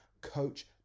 Coach